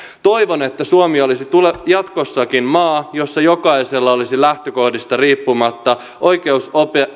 toivon että suomi olisi jatkossakin maa jossa jokaisella olisi lähtökohdista riippumatta oikeus